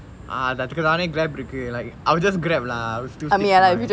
uh அதுக்கு அதுக்கு தானே:athukku athuku thaane grab இருக்கு:irukku like I will just grab lah I will still say grab